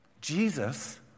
Jesus